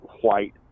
white